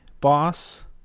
boss